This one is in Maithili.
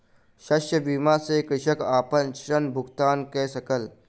शस्य बीमा सॅ कृषक अपन ऋण भुगतान कय सकल